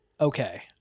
Okay